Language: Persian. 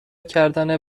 کردن